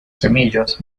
semillas